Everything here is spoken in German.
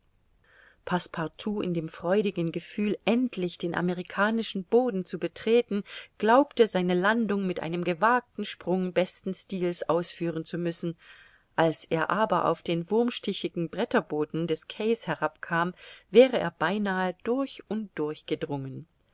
passepartout in dem freudigen gefühl endlich den amerikanischen boden zu betreten glaubte seine landung mit einem gewagten sprung besten styls ausführen zu müssen als er aber auf den wurmstichigen bretterboden des quais herabkam wäre er beinahe durch und durch